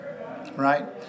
right